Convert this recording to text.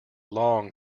long